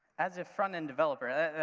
as a frontend developer,